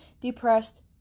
Depressed